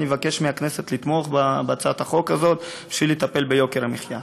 אני מבקש מהכנסת לתמוך בהצעת החוק הזאת בשביל לטפל ביוקר המחיה.